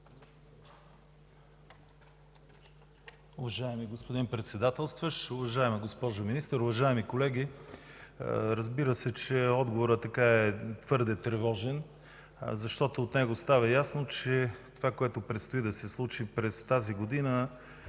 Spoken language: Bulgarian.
Уважаеми господин Председателстващ, уважаема госпожо Министър, уважаеми колеги! Разбира се, че отговорът е твърде тревожен, защото от него става ясно, че това, което предстои да се случи през тази година,